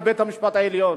על בית-המשפט העליון?